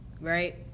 right